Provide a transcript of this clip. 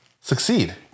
succeed